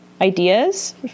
ideas